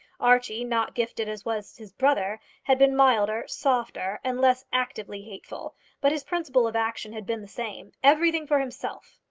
archie, not gifted as was his brother, had been milder, softer, and less actively hateful but his principle of action had been the same. everything for himself!